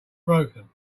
broken